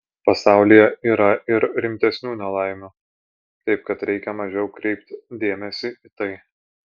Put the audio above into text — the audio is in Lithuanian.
pasaulyje yra ir rimtesnių nelaimių taip kad reikia mažiau kreipt dėmesį į tai